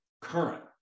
current